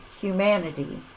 humanity